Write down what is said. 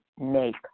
make